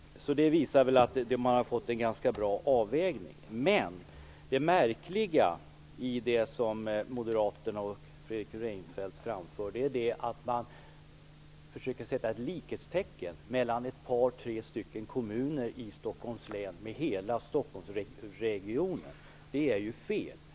Det visar väl att man har fått en ganska bra avvägning. Men det märkliga i det som Moderaterna och Fredrik Reinfeldt framför är att man försöker sätta likhetstecken mellan ett par tre stycken kommuner i Stockholms län och hela Stockholmsregionen. Det är ju fel.